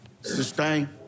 Sustain